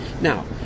Now